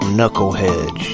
Knucklehead